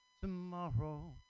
tomorrow